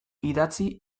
idatzi